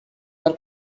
your